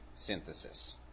synthesis